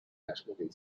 nationally